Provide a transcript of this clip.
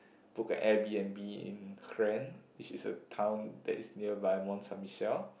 book a Air-b_n_b in which is a town that is nearby Mont Saint Michel